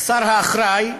השר האחראי,